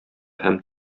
һәм